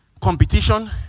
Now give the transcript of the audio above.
competition